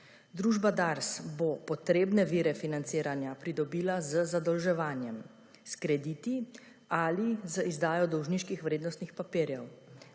Družba DARS bo potrebne vire financiranja pridobila z zadolževanjem s krediti ali z izdajo dolžniških vrednostnih papirjev,